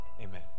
amen